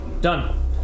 Done